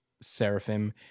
seraphim